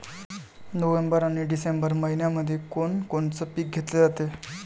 November अन December मइन्यामंधी कोण कोनचं पीक घेतलं जाते?